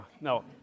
no